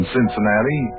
Cincinnati